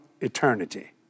eternity